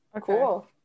cool